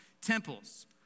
temples